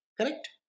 Correct